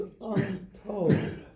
untold